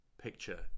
picture